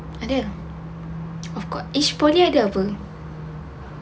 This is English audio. ada of course each poly ada apa